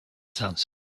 answered